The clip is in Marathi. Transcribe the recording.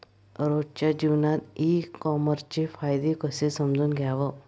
रोजच्या जीवनात ई कामर्सचे फायदे कसे समजून घ्याव?